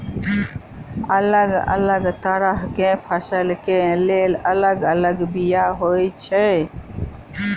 अलग अलग तरह केँ फसल केँ लेल अलग अलग बीमा होइ छै?